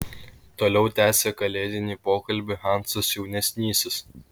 toliau tęsė kalėdinį pokalbį hansas jaunesnysis